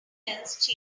else